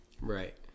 Right